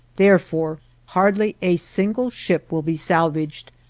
therefore hardly a single ship will be salvaged,